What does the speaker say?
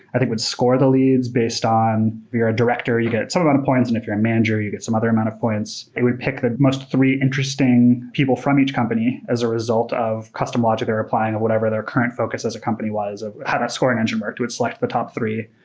i think would score the leads based on if you're a director, you get some amount of points, and if you're a manager you get some other amount of points they would pick the most three interesting people from each company as a result of custom logic they're applying of whatever their current focus as a company was of how that scoring engine work would select the top three.